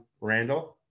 Randall